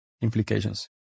implications